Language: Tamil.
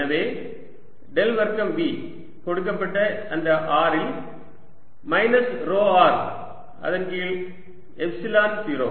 எனவே டெல் வர்க்கம் V கொடுக்கப்பட்ட அந்த r இல் மைனஸ் ρ r அதன் கீழ் எப்சிலன் 0